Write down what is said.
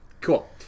Cool